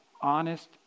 honest